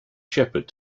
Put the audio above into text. shepherd